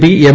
P M